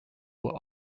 were